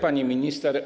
Pani Minister!